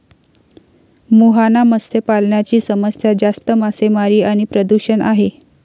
मुहाना मत्स्य पालनाची समस्या जास्त मासेमारी आणि प्रदूषण आहे